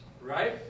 right